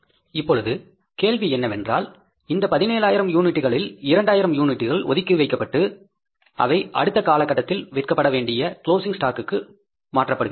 இப்போது கேள்வி என்னவென்றால் இந்த 17000 யூனிட்டுகளில் 2000 யூனிட்டுகள் ஒதுக்கி வைக்கப்பட்டு அவை அடுத்த காலகட்டத்தில் விற்கப்பட வேண்டிய க்லோசிங் ஸ்டாக்குக்கு மாற்றப்படுகின்றன